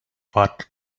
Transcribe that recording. what